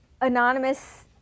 anonymous